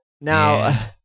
Now